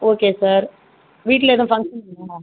okay sir வீட்டில் எதுவும் function வருதுங்களா